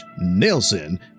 Nelson